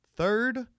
Third